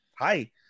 Hi